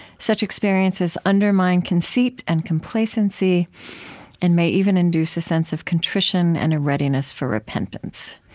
such experiences undermine conceit and complacency and may even induce a sense of contrition and a readiness for repentance.